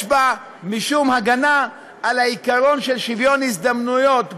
בה משום הגנה על העיקרון של שוויון הזדמנויות בחינוך,